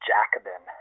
Jacobin